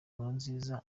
nkurunziza